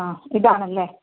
ആ ഇതാണല്ലേ